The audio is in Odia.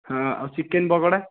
ହଁ ଆଉ ଚିକେନ ପକୋଡ଼ା